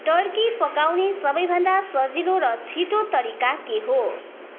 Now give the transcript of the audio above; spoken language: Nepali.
टर्की पकाउने सबैभन्दा सजिलो र छिटो तरिका के हो